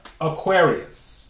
Aquarius